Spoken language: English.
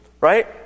Right